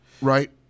Right